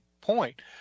point